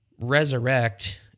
resurrect